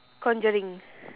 conjuring